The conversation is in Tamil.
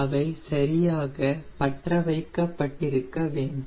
அவை சரியாக பற்றவைக்கப்பட்டிருக்க வேண்டும்